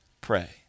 pray